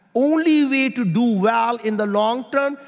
only way to do well in the long term,